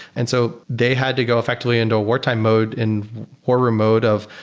and so they had to go effectively into a wartime mode, in war room mode of,